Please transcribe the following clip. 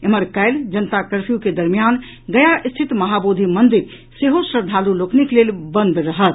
एम्हर काल्हि जनता कर्फयू के दरमियान गया रिथति महाबोधि मंदिर सेहो श्रद्वालु लोकनिक लेल बंद रहत